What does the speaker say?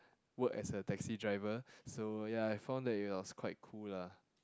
work as a taxi driver so ya I found that it was quite cool lah